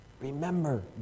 remember